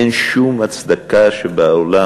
אין שום הצדקה שבעולם,